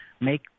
make